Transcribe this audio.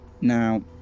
Now